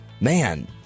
man